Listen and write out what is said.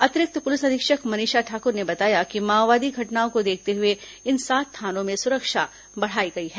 अतिरिक्त पुलिस अधीक्षक मनीषा ठाकुर ने बताया कि माओवादी घटनाओं को देखते हुए इन सात थानों में सुरक्षा बढ़ाई गई है